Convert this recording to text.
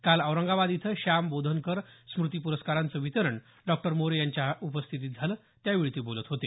काल औरंगाबाद इथं श्याम बोधनकर स्मूती प्रस्कारांचं वितरण डॉक्ट मोरे यांच्या उपस्थितीत झालं त्यावेळी ते बोलत होते